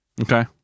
Okay